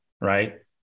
right